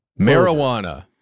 marijuana